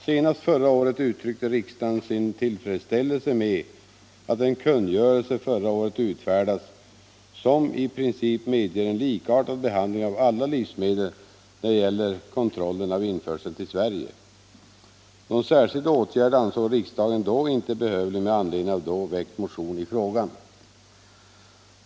Senast förra året uttryckte riksdagen sin tillfredsställelse med att en kungörelse då utfärdats, som i princip medger en likartad behandling av alla livsmedel när det gäller kontrollen av införseln till Sverige. Någon särskild åtgärd ansåg riksdagen inte behövlig med anledning av då väckt motion i frågan.